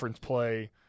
play